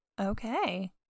okay